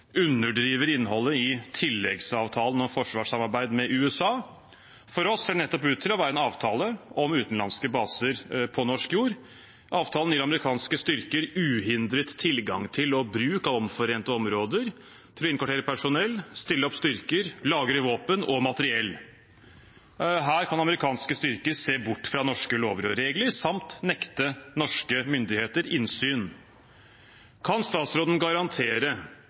underdriver innholdet i tilleggsavtalen om forsvarssamarbeid med USA. For oss ser dette ut til å være nettopp en avtale om utenlandske baser på norsk jord. Avtalen gir amerikanske styrker uhindret tilgang til og bruk av omforente områder til å innkvartere personell, stille opp styrker og lagre våpen og materiell. Her kan amerikanske styrker se bort fra norske lover og regler samt nekte norske myndigheter innsyn. Kan utenriksministeren garantere